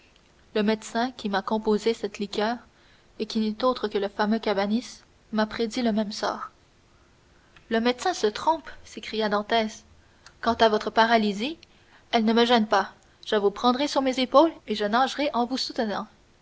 le médecin qui m'a composé cette liqueur et qui n'est autre que le fameux cabanis m'a prédit le même sort le médecin se trompe s'écria dantès quant à votre paralysie elle ne me gêne pas je vous prendrai sur mes épaules et je nagerai en vous soutenant